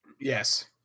yes